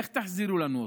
איך תחזירו לנו אותו?